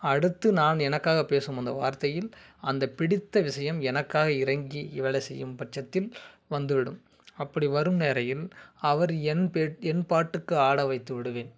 அடுத்து நான் எனக்காக பேசும் அந்த வார்த்தையில் அந்த பிடித்த விஷயம் எனக்காக இறங்கி வேலை செய்யும் பட்சத்தில் வந்து விடும் அப்படி வரும் வேளையில் அவர் என் பெ என் பாட்டுக்கு ஆட வைத்து விடுவேன்